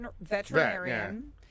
veterinarian